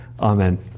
Amen